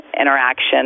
interaction